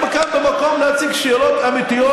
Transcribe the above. אני כאן במקום כדי להציג שאלות אמיתיות